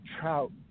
trout